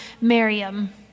miriam